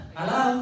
Hello